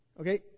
okay